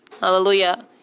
Hallelujah